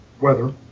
weather